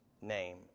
name